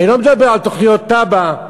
אני לא מדבר על תוכניות תב"א,